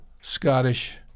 Scottish